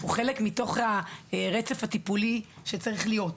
הוא חלק מתוך הרצף הטיפולי שצריך להיות.